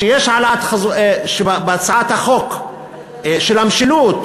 שבהצעת החוק של המשילות,